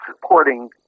supporting